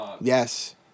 Yes